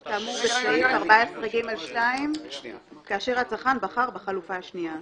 כאמור בסעיף 14ג2 כאשר הצרכן בחר בחלופה השנייה.